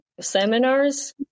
seminars